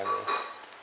I mean